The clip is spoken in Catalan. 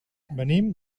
venim